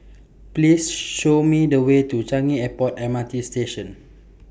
Please Show Me The Way to Changi Airport M R T Station